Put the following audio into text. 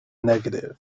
negative